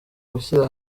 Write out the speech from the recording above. gushyira